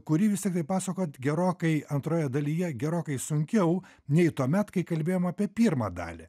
kurį vis tiktai pasakot gerokai antroje dalyje gerokai sunkiau nei tuomet kai kalbėjom apie pirmą dalį